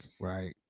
right